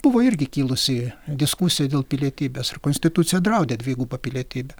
buvo irgi kilusi diskusija dėl pilietybės ir konstitucija draudė dvigubą pilietybę